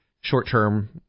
short-term